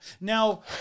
now